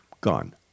gone